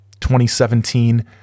2017